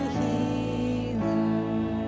healer